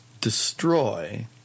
destroy